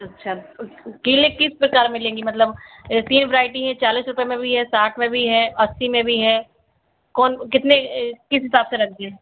अच्छा उस केले किस प्रकार में लेंगी मतलब तीन वेराइटी हैं चालीस रुपये में वी है साठ में भी है अस्सी में भी है कौन कितने किस हिसाब से रख दिए